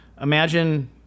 imagine